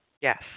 Yes